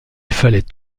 fallait